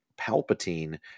Palpatine